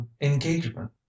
engagement